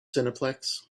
cineplex